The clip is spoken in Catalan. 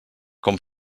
com